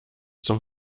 zum